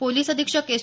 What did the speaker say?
police अधीक्षक S